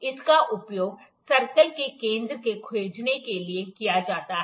इसका उपयोग सर्कल के केंद्र को खोजने के लिए किया जाता है